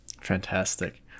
Fantastic